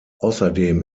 außerdem